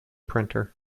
printer